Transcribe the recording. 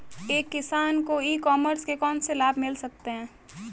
एक किसान को ई कॉमर्स के कौनसे लाभ मिल सकते हैं?